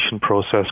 process